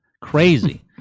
crazy